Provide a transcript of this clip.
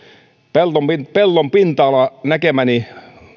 pellon pinta ala näkemäni